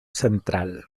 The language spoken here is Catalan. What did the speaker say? central